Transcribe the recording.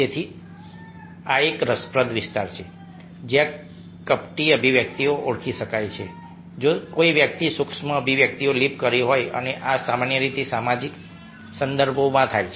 તેથી આ એક રસપ્રદ વિસ્તાર છે જ્યાં કપટી અભિવ્યક્તિઓ ઓળખી શકાય છે જો કોઈ વ્યક્તિએ સૂક્ષ્મ અભિવ્યક્તિઓ લીપ કરી હોય અને આ સામાન્ય રીતે સામાજિક સંદર્ભોમાં થાય છે